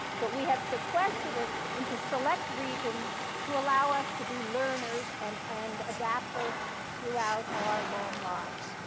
but we have sequestered it into select regions to allow us to be learners and and adaptive throughout our long lives.